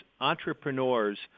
Entrepreneurs